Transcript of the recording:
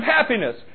happiness